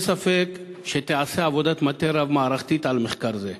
אין ספק שתיעשה עבודת מטה רב-מערכתית על מחקר זה,